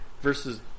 versus